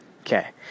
okay